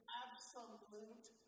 absolute